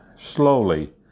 slowly